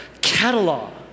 Catalog